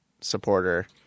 supporter